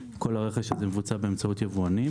כל הרכש הזה מבוצע באמצעות יבואנים.